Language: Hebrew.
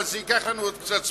אבל זה ייקח לנו עוד קצת זמן.